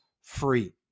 free